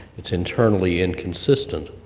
it's internally inconsistent.